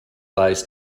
lies